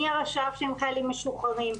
מחיילים משוחררים,